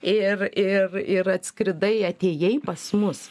ir ir ir atskridai atėjai pas mus